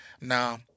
Now